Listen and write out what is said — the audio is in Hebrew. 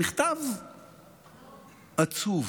מכתב עצוב